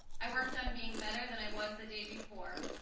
i worked on being better than i was the day before.